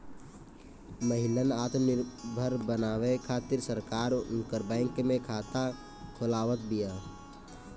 महिलन आत्मनिर्भर बनावे खातिर सरकार उनकर बैंक में खाता खोलवावत बिया